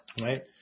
right